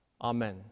Amen